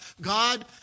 God